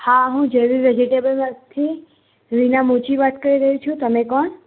હા હું જયવીર વેજીટેબલમાંથી મીના મોચી વાત કરી રહી છું તમે કોણ